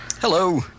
Hello